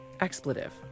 expletive